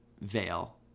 Veil